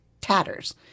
tatters